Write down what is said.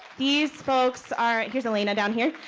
these folks are, here's elena down here.